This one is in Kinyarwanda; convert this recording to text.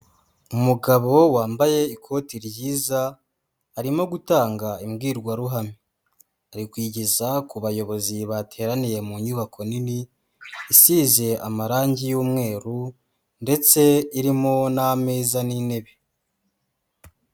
Umugabo wambaye ikoti ryiza arimo gutanga imbwirwaruhame, ari kuyigeza ku bayobozi bateraniye mu nyubako nini isize amarange y'umweru ndetse irimo n'ameza n'intebe.